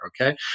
okay